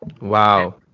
Wow